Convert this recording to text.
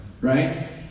right